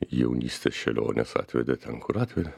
jaunystės šėlionės atvedė ten kur atvedė